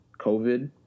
COVID